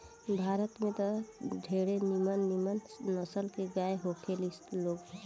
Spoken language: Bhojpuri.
भारत में त ढेरे निमन निमन नसल के गाय होखे ली लोग